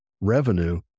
revenue